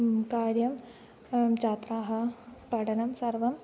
कार्यं छात्राः पठनं सर्वम्